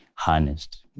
harnessed